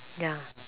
ya